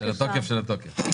התוקף של התוקף.